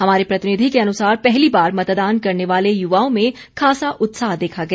हमारे प्रतिनिधि के अनुसार पहली बार मतदान करने वाले युवाओं में खासा उत्साह देखा गया